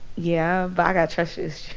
yeah, but i got trust issues.